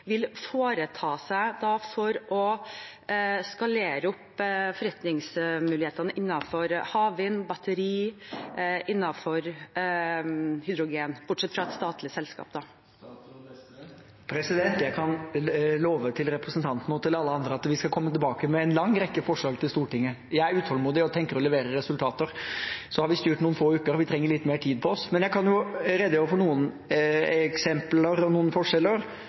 vil foreta seg for å skalere opp forretningsmulighetene innenfor havvind, batteri og hydrogen – bortsett fra statlige selskaper? Jeg kan love representanten og alle andre at vi skal komme tilbake med en lang rekke forslag til Stortinget. Jeg er utålmodig og tenker å levere resultater. Vi har styrt noen få uker og trenger litt mer tid på oss. Men jeg kan jo redegjøre for noen eksempler og noen forskjeller.